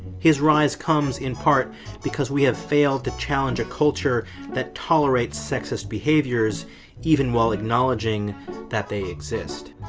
his rise comes in part because we have failed to challenge a culture that tolerates sexist behaviors even while acknowledging that they exist.